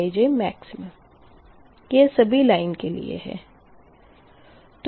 ≤Pijmax यह सभी लाइन के लिए है